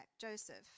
Joseph